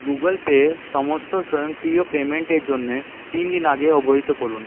Google Pay সমস্ত স্বয়ংক্রিয় পেমেন্টের জন্যে তিন দিন আগে অবহিত করুন